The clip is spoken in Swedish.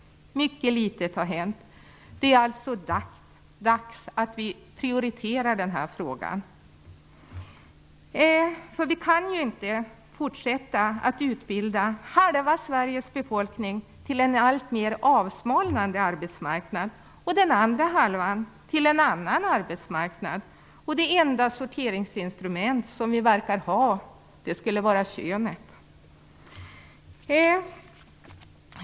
Mycket litet har hänt. Det är alltså dags att vi prioriterar den här frågan. Vi kan inte fortsätta att utbilda halva Sveriges befolkning till en alltmer avsmalnande arbetsmarknad och den andra halvan till en annan arbetsmarknad. Det enda sorteringsinstrument vi verkar ha är könet.